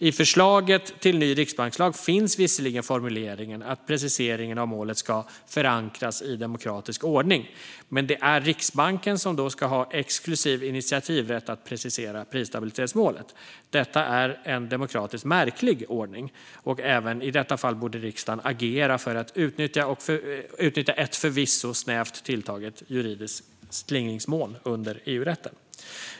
I förslaget till ny riksbankslag finns visserligen formuleringen att preciseringen av målet ska förankras i demokratisk ordning, men det är Riksbanken som ska ha exklusiv initiativrätt att precisera prisstabilitetsmålet. Detta är en demokratiskt märklig ordning, och även i detta fall borde riksdagen agera för att utnyttja en förvisso snävt tilltagen juridisk slingringsmån under EU-rätten.